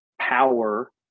power